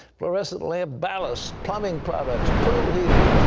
fluorescent lamp ballasts, plumbing products, pool heaters,